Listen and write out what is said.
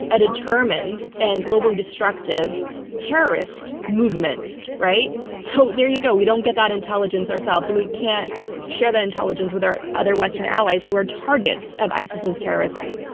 a determined and globally destructive terrorist movement. right? so there you go. we don't get that intelligence ourselves and we can't share the intelligence with our other western allies who are targets of isis's terrorism.